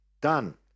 Done